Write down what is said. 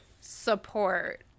support